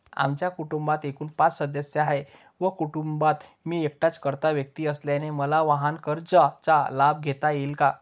आमच्या कुटुंबात एकूण पाच सदस्य आहेत व कुटुंबात मी एकटाच कर्ता व्यक्ती असल्याने मला वाहनकर्जाचा लाभ घेता येईल का?